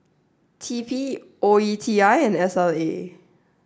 T P O E T I and S L A